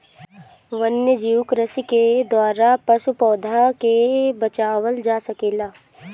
वन्यजीव कृषि के द्वारा पशु, पौधा के बचावल जा सकेला